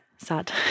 sad